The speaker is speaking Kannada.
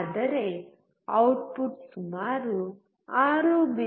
ಆದರೆ ಔಟ್ಪುಟ್ ಸುಮಾರು 6